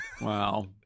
Wow